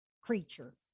creature